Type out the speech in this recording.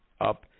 up